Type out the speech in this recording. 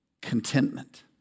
contentment